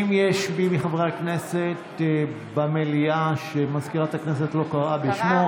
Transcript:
האם יש מי מחברי הכנסת במליאה שמזכירת הכנסת לא קראה בשמו?